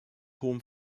hohem